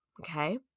okay